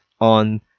on